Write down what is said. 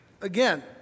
again